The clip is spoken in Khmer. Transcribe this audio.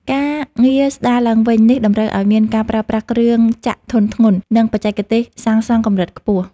ការងារស្ដារឡើងវិញនេះតម្រូវឱ្យមានការប្រើប្រាស់គ្រឿងចក្រធុនធ្ងន់ និងបច្ចេកទេសសាងសង់កម្រិតខ្ពស់។